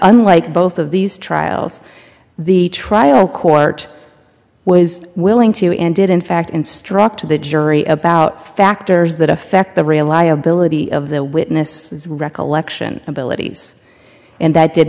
unlike both of these trials the trial court was willing to and did in fact instruct the jury about factors that affect the real liability of the witnesses recollection abilities and that did